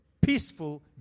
peaceful